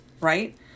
right